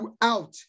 throughout